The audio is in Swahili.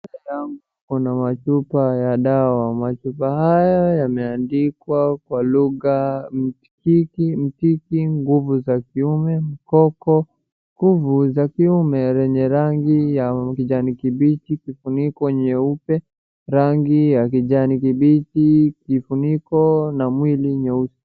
Mbele yangu kuna machupa ya dawa, machupa haya yameandikwa kwa lugha mtiki nguvu za kiume, akoko nguvu za kiume yenye rangi ya kijani kibichi, kifuniko nyeupe rangi ya kijani kibicho kifuniko na mwili nyeusi.